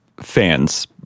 fans